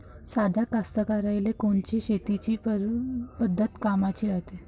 साध्या कास्तकाराइले कोनची शेतीची पद्धत कामाची राहीन?